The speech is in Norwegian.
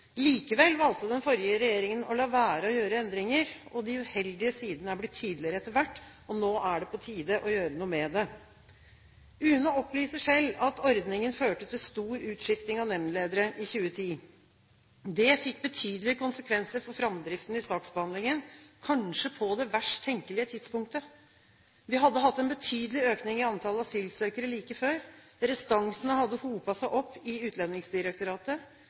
Likevel valgte den forrige regjeringen å la være å gjøre endringer. De uheldige sidene er blitt tydeligere etter hvert. Nå er det på tide å gjøre noe med det. UNE opplyser selv at ordningen førte til stor utskifting av nemndledere i 2010. Det fikk betydelige konsekvenser for framdriften i saksbehandlingen, kanskje på det verst tenkelige tidspunktet. Vi hadde hatt en betydelig økning i antall asylsøkere like før. Restansene hadde hopet seg opp i Utlendingsdirektoratet.